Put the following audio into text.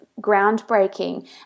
groundbreaking